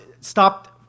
stopped